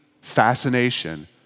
fascination